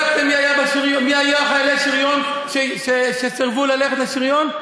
אתה בדקת מי היו חיילי השריון שסירבו ללכת לשריון?